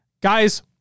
Guys